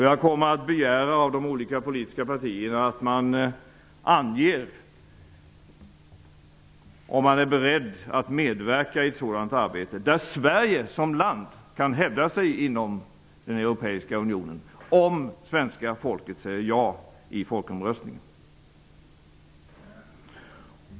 Jag kommer att begära av de olika politiska partierna att ange om man är beredd att medverka i ett arbete där Sverige som land kan hävda sig inom den europeiska unionen, om svenska folket säger ja i folkomröstningen.